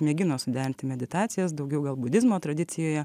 mėgino suderinti meditacijas daugiau gal budizmo tradicijoje